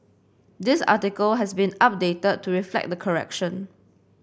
this article has been updated to reflect the correction